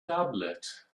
tablet